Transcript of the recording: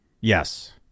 Yes